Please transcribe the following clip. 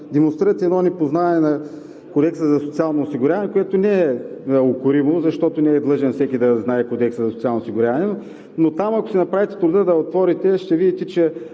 демонстрирате едно непознаване на Кодекса за социалното осигуряване, което не е укоримо, защото не е длъжен всеки да знае Кодекса за социалното осигуряване. Там, ако си направите труда да отворите, ще видите, че